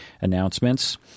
announcements